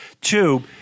Two